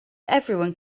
everyone